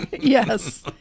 yes